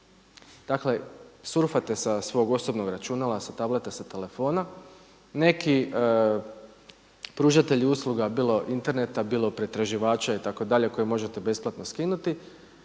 Dakle surfate sa svog osobnog računala, sa tableta, sa telefona, neki pružatelji usluga bilo interneta, bilo pretraživača itd., koje možete besplatno skinuti